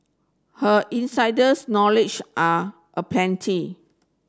her insiders knowledge are aplenty